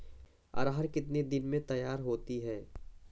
अरहर कितनी दिन में तैयार होती है?